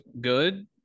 good